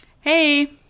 Hey